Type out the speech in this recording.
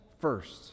first